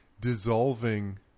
dissolving